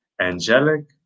angelic